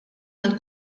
għal